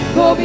go